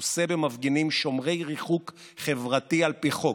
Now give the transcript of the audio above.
מכוסה במפגינים שומרי ריחוק חברתי על פי חוק,